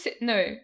No